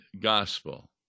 Gospel